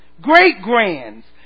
Great-grands